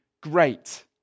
great